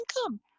income